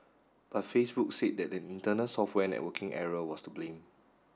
but Facebook said that an internal software networking error was to blame